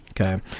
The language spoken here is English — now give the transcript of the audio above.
Okay